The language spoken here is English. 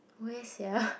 where sia